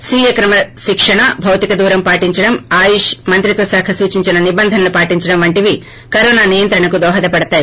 స్పీయ క్రమశిక్షణ భౌతిక దూరం పాటించడం అయుష్ మంత్రిత్వ కాఖ సూచించిన నిబంధనలు పాటించడం వంటివి కరోన నియంత్రణకు దోహదపడతాయి